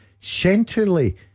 Centrally